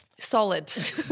Solid